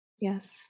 Yes